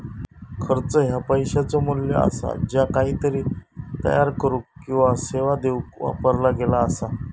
खर्च ह्या पैशाचो मू्ल्य असा ज्या काहीतरी तयार करुक किंवा सेवा देऊक वापरला गेला असा